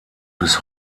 bis